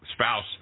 spouse